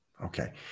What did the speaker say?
Okay